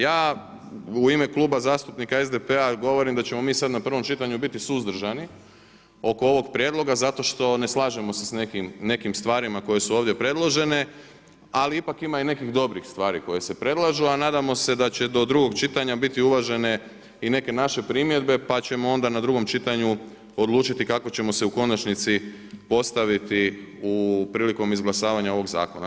Ja u ime Kluba zastupnika SDP-a govorim da ćemo mi sada na prvom čitanju biti suzdržani oko ovog prijedloga zato što se ne slažemo s nekim stvarima koje su ovdje predložene, ali ipak ima i nekih dobrih stvari koje se predlažu, a nadamo se da će do drugog čitanja biti uvažene i neke naše primjedbe pa ćemo onda na drugom čitanju odlučiti kako ćemo se u konačnici postaviti prilikom izglasavanja ovog zakona.